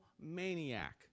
maniac